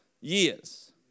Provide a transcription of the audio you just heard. years